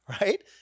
Right